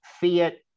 fiat